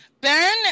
ben